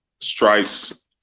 strikes